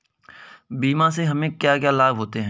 बीमा से हमे क्या क्या लाभ होते हैं?